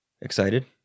Excited